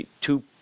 two